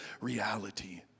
reality